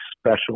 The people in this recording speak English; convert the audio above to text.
special